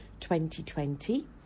2020